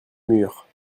murs